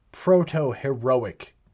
proto-heroic